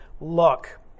look